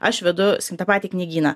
aš vedu sakykim tą patį knygyną